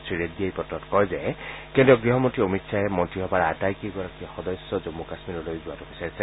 শ্ৰীৰেড্ডীয়ে এই পত্ৰত কয় যে কেন্দ্ৰীয় গৃহমন্ত্ৰী অমিত শ্বাহে মন্ত্ৰীসভাৰ আটাইকেইগৰাকী সদস্যই জম্মু কাশ্মীৰলৈ যোৱাতো বিচাৰিছে